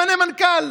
ממנה מנכ"ל.